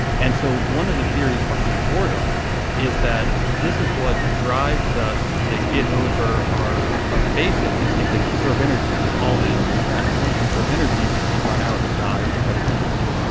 and so one of the theories behind boredom is that this is what drives us to get over our our basic instinct to conserve energy which all animals have. you want to conserve energy because if you run out you die or the predator gets you.